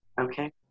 Okay